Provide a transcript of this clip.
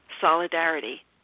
solidarity